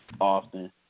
often